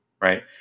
right